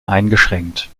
eingeschränkt